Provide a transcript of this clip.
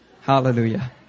Hallelujah